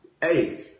Hey